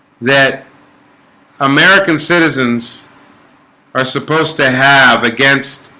that american citizens are supposed to have against